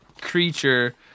creature